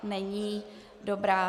Není, dobrá.